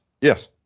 Yes